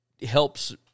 helps